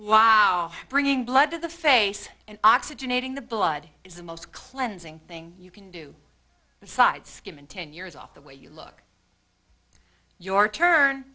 wow bringing blood to the face and oxygenating the blood is the most cleansing thing you can do besides skim and ten years off the way you look your turn